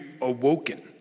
awoken